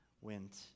went